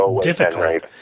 difficult